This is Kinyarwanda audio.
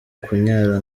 kunyara